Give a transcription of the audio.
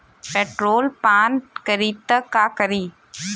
Petrol पान करी त का करी?